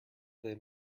thin